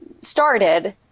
started